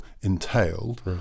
entailed